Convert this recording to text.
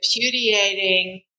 repudiating